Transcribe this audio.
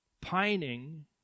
pining